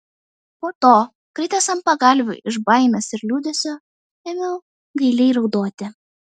po to kritęs ant pagalvių iš baimės ir liūdesio ėmiau gailiai raudoti